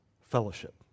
fellowship